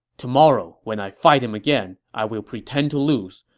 tomorrow when i fight him again, i will pretend to lose,